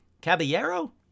Caballero